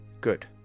Good